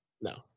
No